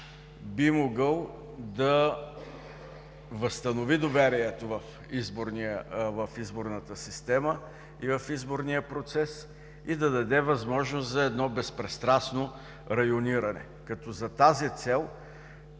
би могъл да възстанови доверието в изборната система и в изборния процес и да даде възможност за безпристрастно райониране, като за тази цел